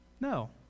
no